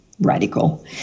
radical